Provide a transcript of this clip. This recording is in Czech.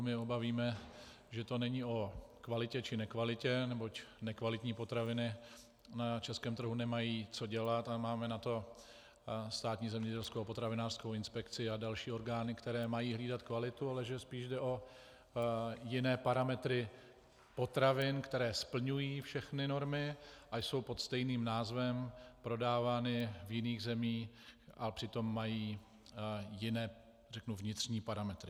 My oba víme, že to není o kvalitě či nekvalitě, neboť nekvalitní potraviny na českém trhu nemají co dělat a máme na to Státní zemědělskou potravinářskou inspekci a další orgány, které mají hlídat kvalitu, ale že spíš jde o jiné parametry potravin, které splňují všechny normy a jsou pod stejným názvem prodávány v jiných zemích a přitom mají jiné vnitřní parametry.